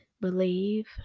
Believe